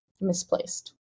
misplaced